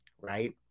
right